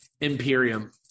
Imperium